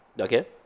Okay